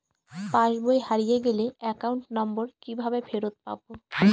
পাসবই হারিয়ে গেলে account number কিভাবে ফেরত পাব?